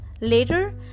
Later